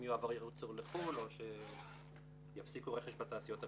אם יועבר ייצור לחו"ל או שיפסיקו רכש בתעשיות הביטחוניות.